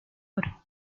oro